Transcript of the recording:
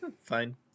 Fine